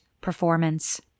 performance